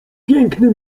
piękny